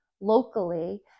locally